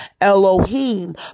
Elohim